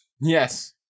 yes